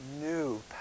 new